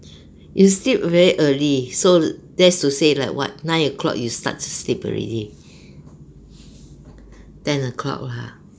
you sleep very early so that is to say like what nine o'clock you start to sleep already ten o'clock lah